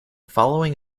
following